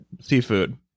seafood